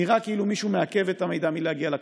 נראה כאילו מישהו מעכב את המידע מלהגיע לכנסת.